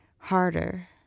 Harder